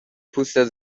پوستت